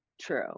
True